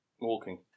walking